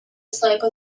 سایپا